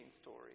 story